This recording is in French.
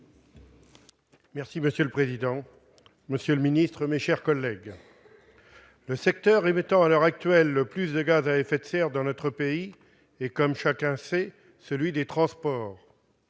Prince. Monsieur le président, monsieur le ministre d'État, mes chers collègues, le secteur qui émet, à l'heure actuelle, le plus de gaz à effet de serre dans notre pays est, comme chacun sait, celui des transports.